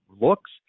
looks